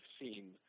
seen